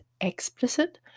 explicit